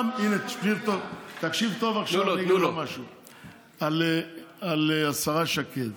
תקשיב טוב עכשיו, על השרה שקד: